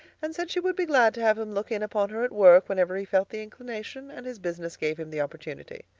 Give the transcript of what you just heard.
and said she would be glad to have him look in upon her at work whenever he felt the inclination and his business gave him the opportunity.